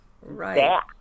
right